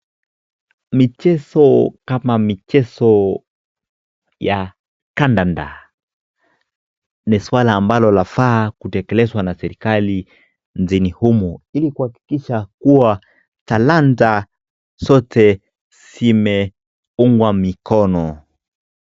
Michezo kama michezo ya kandanda ni swala ambalo lafaa kutekelezwa na serikali nchini humu ili kuhakikisha kua talanta zote zimeungwa mikono.